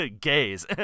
gays